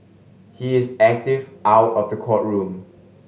he is active out of the courtroom